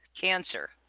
cancer